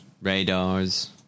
radars